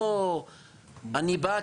לא אני בא,